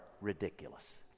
ridiculous